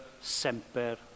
Semper